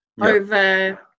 over